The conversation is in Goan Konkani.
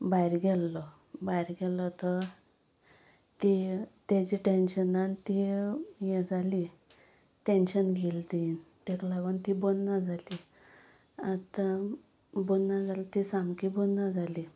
भायर गेल्लो भायर गेल्लो तो ती तेजे टॅशनान ती हें जाली टॅन्शन घेयले ती ताका लागून ती बरी ना जाली आतां बरी ना जाल्या ती सामकी बरी ना जाली